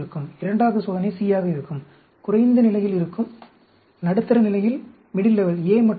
இரண்டாவது சோதனை C ஆக இருக்கும் குறைந்த நிலையில் இருக்கும் நடுத்தர நிலையில் A மற்றும் B